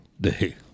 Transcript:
day